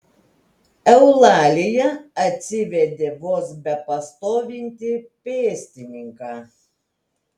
eulalija atsivedė vos bepastovintį pėstininką